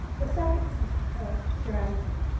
the second strategy,